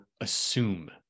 assume